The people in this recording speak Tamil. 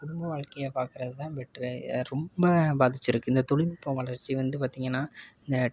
குடும்ப வாழ்க்கைய பார்க்குறது தான் பெட்டரு ஏன்னா ரொம்ப பாதிச்சுருக்கு இந்த தொழில்நுட்பம் வளர்ச்சி வந்து பார்த்திங்கன்னா